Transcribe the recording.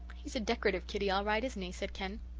he's a decorative kiddy all right, isn't he? said ken.